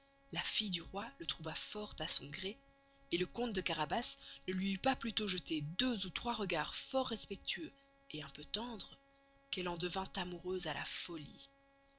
la fille du roy le trouva fort à son gré et le marquis de carabas ne luy eut pas jetté deux ou trois regards fort respectueux et un peu tendres qu'elle en devint amoureuse à la folie